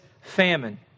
famine